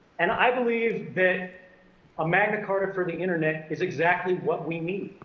and i believe that a magna carta for the internet is exactly what we need.